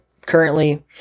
currently